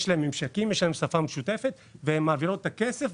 שיש להן ממשקים ושפה משותפת והן מעבירות את הכסף,